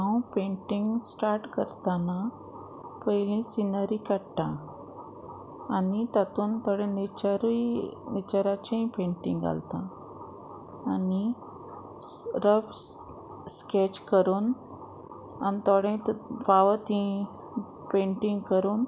हांव painting start करतना पयली सिनरी काडटा आनी तातूंत थोडे नेचरूय नेचराचेय पेंटींग घालता आनी रफ स्केच करून आनी थोडे फावो तीं पेंटींग करून